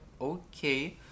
okay